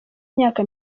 imyaka